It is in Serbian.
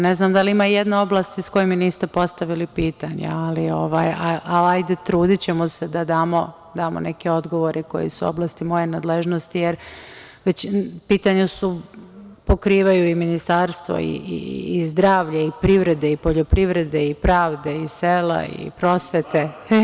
Ne znam da li ima jedna oblast iz koje mi niste postavili pitanje, ali trudićemo se da damo neke odgovore koji su u oblasti moje nadležnosti, jer pitanja pokrivaju i ministarstvo zdravlja, i privrede, i poljoprivrede, pravde, sela, prosvete.